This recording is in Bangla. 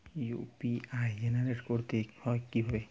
ইউ.পি.আই জেনারেট করতে হয় কিভাবে?